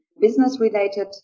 business-related